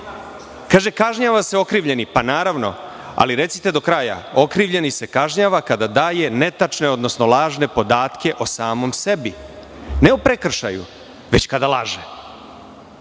– kažnjava se okrivljeni. Naravno, ali recite do kraja – okrivljeni se kažnjava kada daje netačne, odnosno lažne podatke o samom sebi, ne o prekršaju, već kada laže.